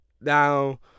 Now